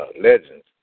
legends